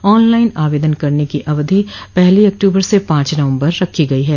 on line आवेदन करने की अवधि पहली अक्टूबर से पांच नवम्बर रखी गई है